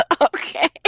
Okay